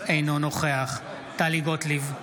אינו נוכח טלי גוטליב,